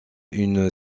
une